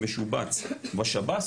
שמשובץ בשב"ס,